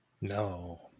No